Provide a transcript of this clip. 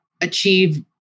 achieve